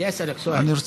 (אומר דברים בשפה הערבית,